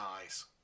eyes